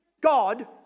God